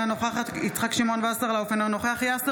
אינה נוכחת יצחק שמעון וסרלאוף,